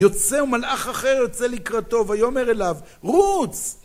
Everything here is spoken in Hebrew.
יוצא ומלאך אחר יוצא לקראתו ויאמר אליו רוץ!